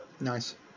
Nice